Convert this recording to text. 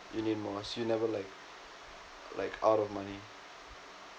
you need more so you'll never like out of money